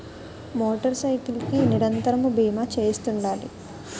motor cycle కి నిరంతరము బీమా చేయిస్తుండాలి